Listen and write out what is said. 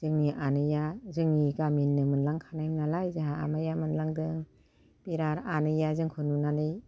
जोंनि आनैया जोंनि गामिनिनो मोनलांखानाय नालाय जोंहा आमाइया मोनलांदों बिराद आनैया जोेंखौ नुनानै